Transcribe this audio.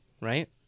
right